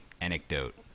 anecdote